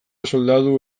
soldadu